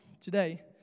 today